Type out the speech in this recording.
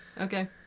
okay